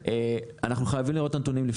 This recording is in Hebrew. אנחנו חייבים לראות את הנתונים,